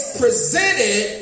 presented